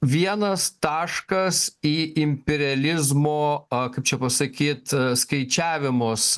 vienas taškas į imperializmo kaip čia pasakyt skaičiavimus